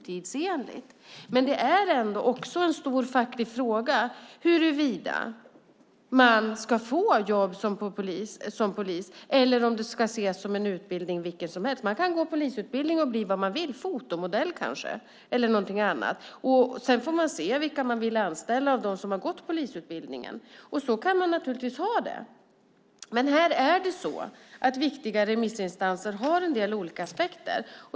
Men det är också en stor facklig fråga huruvida man ska få jobb som polis eller om det ska ses som en utbildning vilken som helst, det vill säga att man kan gå polisutbildning och bli vad man vill, fotomodell kanske. Sedan får man se vilka man vill anställa av dem som har gått polisutbildningen. Så kan vi naturligtvis ha det. Men här är det så att viktiga remissinstanser har tagit upp en del olika aspekter.